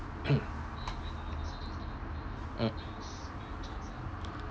mm